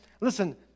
Listen